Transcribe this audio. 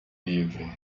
livre